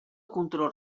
control